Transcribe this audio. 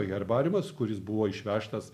herbariumas kuris buvo išvežtas